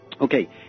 Okay